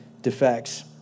defects